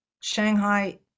Shanghai